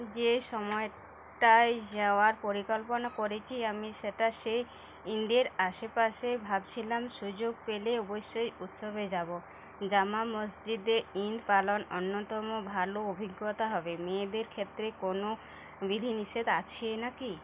যে সময়টায় যাওয়ার পরিকল্পনা করেছি আমি সেটা সেই ঈদের আশেপাশেই ভাবছিলাম সুযোগ পেলে অবশ্যই উৎসবে যাবো জামা মসজিদে ঈদ পালন অন্যতম ভালো অভিজ্ঞতা হবে মেয়েদের ক্ষেত্রে কোনও বিধিনিষেধ আছে নাকি